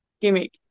gimmick